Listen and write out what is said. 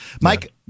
Mike